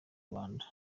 rwanda